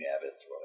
habits